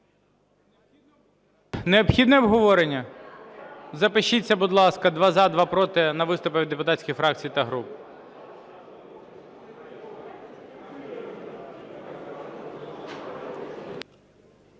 Необхідне обговорення? Запишіться, будь ласка: два – за, два – проти на виступи від депутатських фракції та груп.